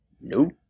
Nope